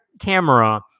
camera